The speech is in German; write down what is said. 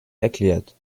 erklärt